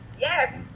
Yes